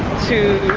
to